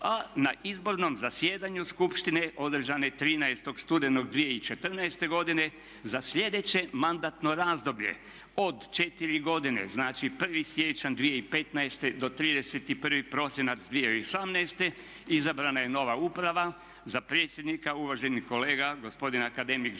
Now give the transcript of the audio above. a na izbornom zasjedanju skupštine održane 13. studenog 2014. godine za sljedeće mandatno razdoblje od 4 godine, znači 1. siječanj 2015. do 31. prosinac 2018. izabrana je nova uprava. Za predsjednika uvaženi kolega gospodin akademik Zvonko